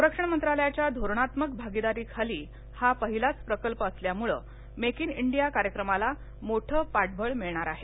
संरक्षण मंत्रालयाच्या धोरणात्मक भागीदारीखाली हा पहिलाच प्रकल्प असल्यामुळं मेक ज डिया कार्यक्रमाला मोठं पाठबळ मिळणार आहे